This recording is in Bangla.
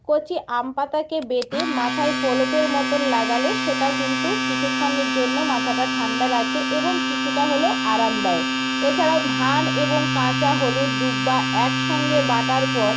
কচি আমপাতাকে বেটে মাথায় প্রলেপের মতোন লাগালে সেটা কিন্তু কিছুক্ষণের জন্য মাথাটা ঠান্ডা রাখে এবং কিছুটা হলেও আরাম দেয় এছাড়াও ধান এবং কাঁচা হলুদ দূর্বা একসঙ্গে বাটার পর